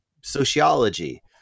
sociology